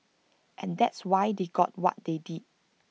and that's why they got what they did